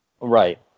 Right